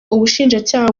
ubushinjacyaha